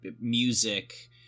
music